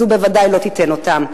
זו בוודאי לא תיתן אותם.